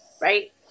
right